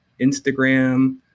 Instagram